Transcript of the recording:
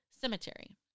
cemetery